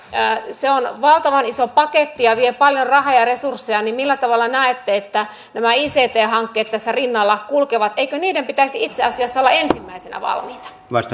on valtavan iso paketti ja vie paljon rahaa ja resursseja niin millä tavalla näette että nämä ict hankkeet tässä rinnalla kulkevat eikö niiden pitäisi itse asiassa olla ensimmäisenä valmiita